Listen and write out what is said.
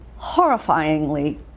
horrifyingly